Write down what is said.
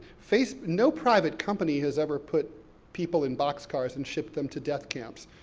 face, no private company has ever put people in boxcars and shipped them to death camps.